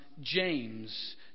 James